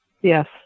Yes